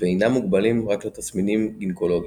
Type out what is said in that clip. ואינם מוגבלים רק לתסמינים גינקולוגיים.